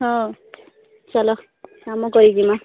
ହଁ ଚାଲ କାମ କରି ଯିମାଁ